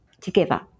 together